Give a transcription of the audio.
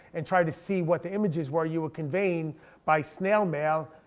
and try to see what the images were you were conveying by snail mail,